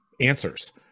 answers